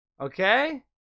Okay